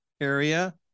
area